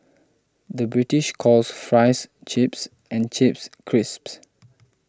the British calls Fries Chips and Chips Crisps